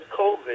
COVID